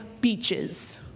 beaches